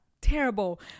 terrible